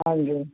ਹਾਂਜੀ